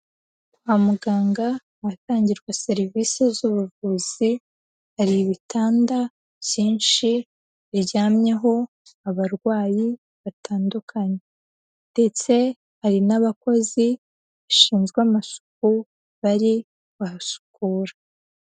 Kwa muganga ahatangirwa serivisi z'ubuvuzi, hari ibitanda byinshi biryamyeho abarwayi batandukanye, ndetse hari n'abakozi bashinzwe amasuku bari bahasukura.